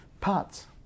parts